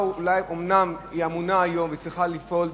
אומנם המשטרה אמונה היום וצריכה לפעול